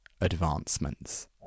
advancements